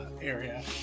area